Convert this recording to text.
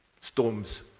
Storms